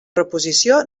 reposició